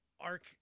arc